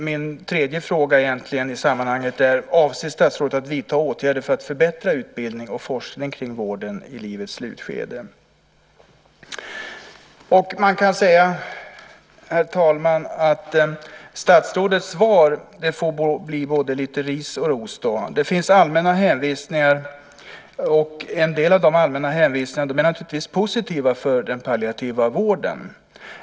En tredje fråga i sammanhanget är om statsrådet avser att vidta åtgärder för att förbättra utbildning och forskning kring vården i livets slutskede. Man kan, herr talman, säga att det när det gäller statsrådets svar får bli både lite ris och ros. Där finns allmänna hänvisningar. En del av dessa allmänna hänvisningar är naturligtvis positiva för den palliativa vården.